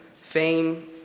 Fame